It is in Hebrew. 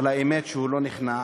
אבל האמת שהוא לא נכנע,